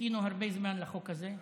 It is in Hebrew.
חיכינו הרבה זמן לחוק הזה.